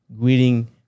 greeting